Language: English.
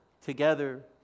together